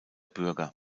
bürger